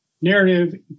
narrative